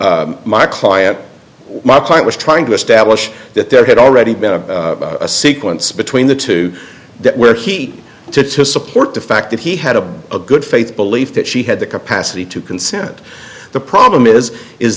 what my client my client was trying to establish that there had already been a sequence between the two that were he to to support the fact that he had a good faith belief that she had the capacity to consent the problem is is